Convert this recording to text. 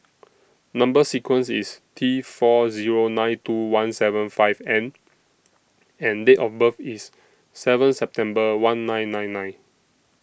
Number sequence IS T four Zero nine two one seven five N and Date of birth IS seven September one nine nine nine